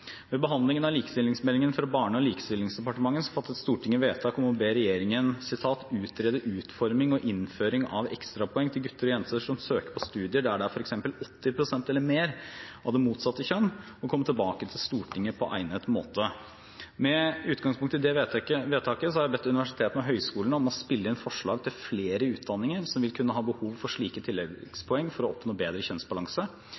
Ved behandlingen av likestillingsmeldingen fra Barne- og likestillingsdepartementet fattet Stortinget vedtak om å be regjeringen «utrede utforming og innføring av ekstrapoeng til gutter og jenter som søker på studier der det er for eksempel 80 prosent eller mer av det motsatte kjønn, og komme tilbake til Stortinget på egnet måte». Med utgangspunkt i det vedtaket har jeg bedt universitetene og høyskolene om å spille inn forslag til flere utdanninger som vil kunne ha behov for slike